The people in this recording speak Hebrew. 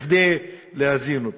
כדי להזין אותו.